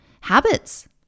habits